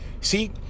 see